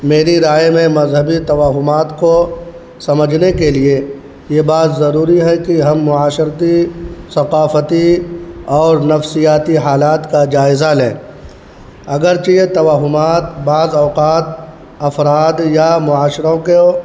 میری رائے میں مذہبی توہمات کو سمجھنے کے لیے یہ بات ضروری ہے کہ ہم معاشرتی ثقافتی اور نفسیاتی حالات کا جائزہ لیں اگرچہ یہ توہمات بعض اوقات افراد یا معاشروں کو